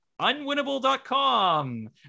unwinnable.com